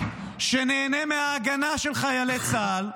שנהנה מההגנה של חיילי צה"ל,